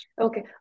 Okay